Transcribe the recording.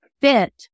fit